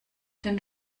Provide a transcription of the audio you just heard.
den